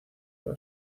toda